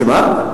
שמה?